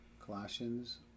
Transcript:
Colossians